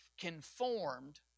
conformed